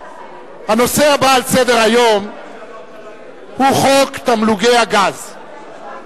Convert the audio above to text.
הנושא הבא על סדר-היום הוא חוק תמלוגי הגז.